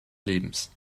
lebens